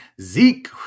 Zeke